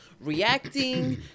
reacting